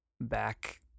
back